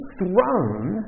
throne